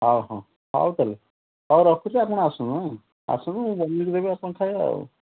ହଉ ହଉ ହଉ ତା'ହେଲେ ହଉ ରଖୁଛି ଆପଣ ଆସନ୍ତୁ ଆସନ୍ତୁ ମୁଁ ବନେଇକି ଦେବି ଆପଣ ଖାଇବେ ଆଉ